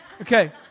Okay